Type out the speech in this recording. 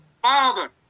Father